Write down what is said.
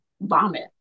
vomit